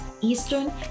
Eastern